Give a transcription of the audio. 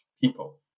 people